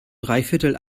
dreiviertel